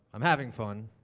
i'm having fun.